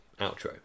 outro